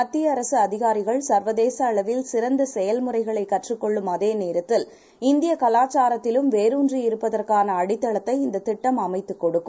மத்தியஅரசுஅதிகாரிகள்சர்வதேசஅளவில்சிறந்தசெயல்முறைகளைகற்றுக்கொள்ளு ம்அதேநேரத்தில் இந்தியகலாச்சாரத்திலும்வேரூன்றிஇருப்பதற்கானஅடித்தளத்தைஇந்ததிட்டம்அமை த்துகொடுக்கும்